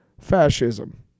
Fascism